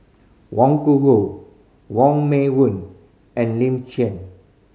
Wang Gungwu Wong Meng Voon and Lin Chen